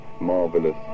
Marvelous